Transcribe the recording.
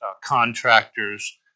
contractor's